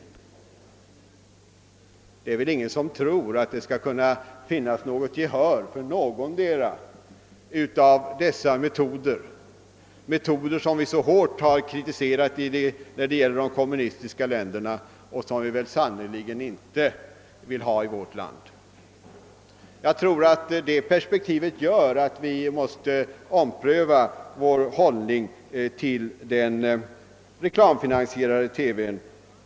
Det är väl ingen som tror att det skulle finnas gehör för någondera av dessa metoder, metoder som vi så hårt kritiserat när det gäller de kommunistiska länderna och som vi sannerligen inte vill ha i vårt land. Jag tror att det perspektivet gör att vi under alla förhållanden måste ompröva vår hållning till en reklamfinansierad TV.